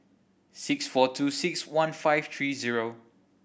six four two six one five three zero